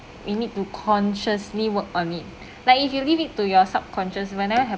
we need to consciously work on it like if you leave it to your subconscious will never